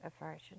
aversion